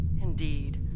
Indeed